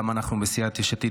גם אנחנו בסיעת יש עתיד,